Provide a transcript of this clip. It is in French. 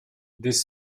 des